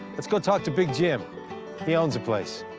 let's go talk to big jim he owns the place.